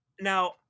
Now